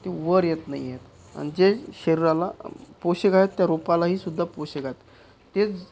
ते वर येत नाही आहेत आणि जे शरीराला पोषक आहेत त्या रोपालाही सुद्धा पोषक आहे तेच